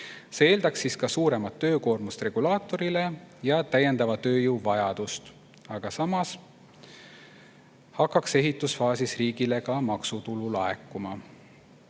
See eeldaks ka suuremat töökoormust regulaatorile ja täiendava tööjõu vajadust, aga samas hakkaks ehitusfaasis riigile ka maksutulu laekuma.